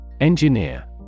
Engineer